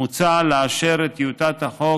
מוצע לאשר את טיוטת החוק,